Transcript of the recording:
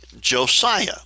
Josiah